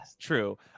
True